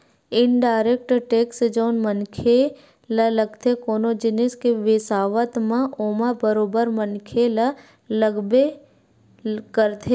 indirect tax जउन मनखे ल लगथे कोनो जिनिस के बिसावत म ओमा बरोबर मनखे ल लगबे करथे